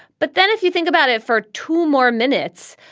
but then if you think about it for two more minutes,